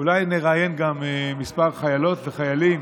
ואולי גם נראיין כמה חיילות וחיילים